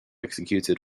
executed